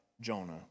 Jonah